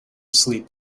sleep